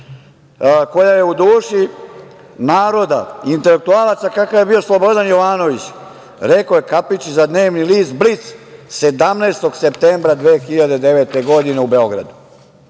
koja je u duši naroda, intelektualaca, kakav je bio Slobodan Jovanović, rekao je Kapičić, za dnevni list Blic, 17. septembra 2009. godine u Beogradu.I